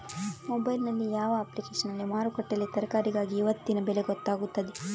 Mobile ನಲ್ಲಿ ಯಾವ ಅಪ್ಲಿಕೇಶನ್ನಲ್ಲಿ ಮಾರುಕಟ್ಟೆಯಲ್ಲಿ ತರಕಾರಿಗೆ ಇವತ್ತಿನ ಬೆಲೆ ಗೊತ್ತಾಗುತ್ತದೆ?